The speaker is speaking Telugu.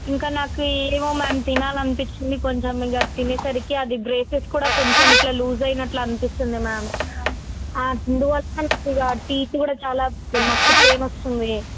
ఇంక నాకు ఏమో మ్యామ్ తినాలి అనిపించింది కొంచెం ఇక తీనేసరికి అది బ్రేసెస్ కూడా కొంచెం ఇట్లా లూజ్ అయినట్టు అనిపిస్తుంది మ్యామ్ అందువల్ల ఇక టీత్ కూడా చాలా మస్తు పెయిన్ వస్తుంది